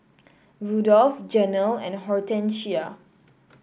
Rudolf Janell and Hortencia